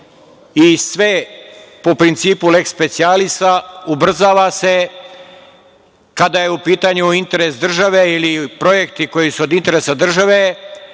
i sve po principu leks specijalisa, ubrzava se kada je u pitanju interes države ili projekti koji su od interesa države,